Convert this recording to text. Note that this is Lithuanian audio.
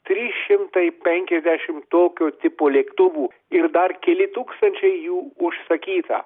trys šimtai penkiasdešim tokio tipų lėktuvų ir dar keli tūkstančiai jų užsakyta